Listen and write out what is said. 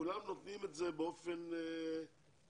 כולם נותנים את זה באופן מובהק.